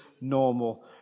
normal